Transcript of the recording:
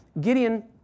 Gideon